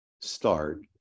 start